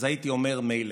אז הייתי אומר מילא.